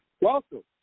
Welcome